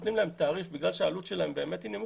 נותנים להם תעריף מכיוון שהעלות שלהם נמוכה.